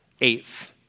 Eighth